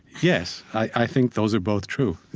yes. i think those are both true.